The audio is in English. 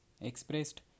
expressed